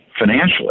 financially